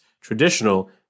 traditional